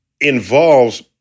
involves